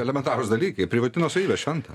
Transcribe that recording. elementarūs dalykai privati nuosavybė šventa